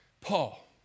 Paul